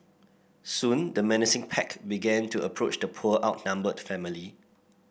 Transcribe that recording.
soon the menacing pack began to approach the poor outnumbered family